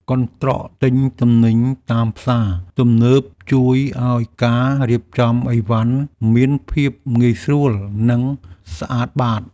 កន្ត្រកទិញទំនិញតាមផ្សារទំនើបជួយឱ្យការរៀបចំអីវ៉ាន់មានភាពងាយស្រួល និងស្អាតបាត។